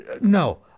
No